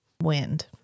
wind